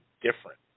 different